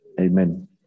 Amen